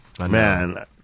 Man